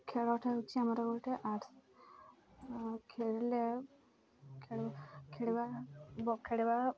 ଖେଳଟା ହେଉଛି ଆମର ଗୋଟେ ଆର୍ଟ୍ସ ଖେଳିଲେ ଖେଳିବା ଖେଳିବା